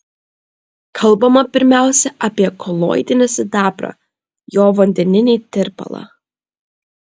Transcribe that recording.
kalbama pirmiausia apie koloidinį sidabrą jo vandeninį tirpalą